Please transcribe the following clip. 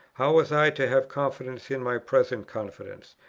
how was i to have confidence in my present confidence?